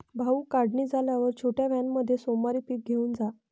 भाऊ, काढणी झाल्यावर छोट्या व्हॅनमध्ये सोमवारी पीक घेऊन जा